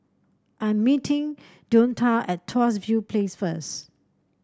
I'm meeting Deonta at Tuas View Place first